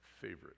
favorite